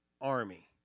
army